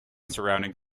surrounding